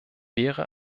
wäre